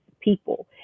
people